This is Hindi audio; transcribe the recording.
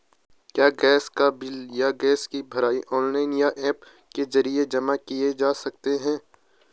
क्या गैस का बिल या गैस भराई ऑनलाइन या ऐप के जरिये जमा किये जा सकते हैं?